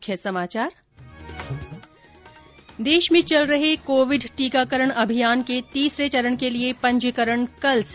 ्देश में चल रहे कोविड टीकाकरण अभियान के तीसरे चरण के लिए पंजीकरण कल से